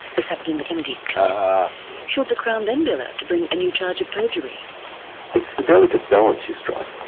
as happened in the kennedy case should the crown then be allowed to bring a new charge of perjury? it's the delicate balance you strike.